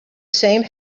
same